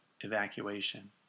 evacuation